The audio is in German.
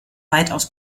weitaus